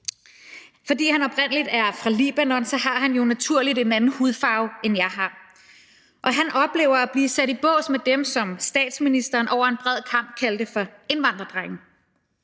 Fordi han oprindelig er fra Libanon, har han jo naturligt en anden hudfarve, end jeg har, og han oplever at blive sat i bås med dem, som statsministeren over en bred kam kaldte for indvandrerdrenge.